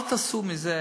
רבותי, אל תעשו מזה